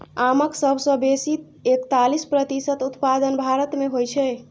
आमक सबसं बेसी एकतालीस प्रतिशत उत्पादन भारत मे होइ छै